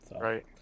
Right